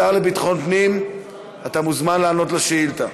השר לביטחון פנים, אתה מוזמן לענות על השאילתה.